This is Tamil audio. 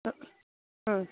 ம் ம்